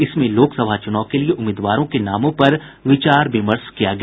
इसमें लोकसभा चुनाव के लिए उम्मीदवारों के नामों पर विचार विमर्श किया गया